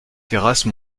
terrasse